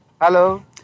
Hello